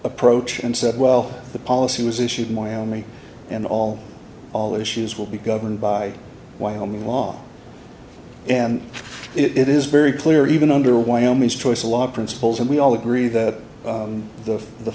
approach and said well the policy was issued in miami and all all the issues will be governed by wyoming law and it is very clear even under wyoming choice a lot of principles and we all agree that the the